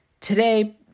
today